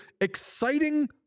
exciting